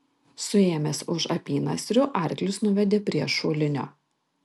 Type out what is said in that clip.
suėmęs už apynasrių arklius nuvedė prie šulinio